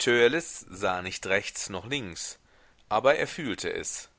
sah nicht rechts noch links aber er fühlte es